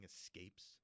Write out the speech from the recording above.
escapes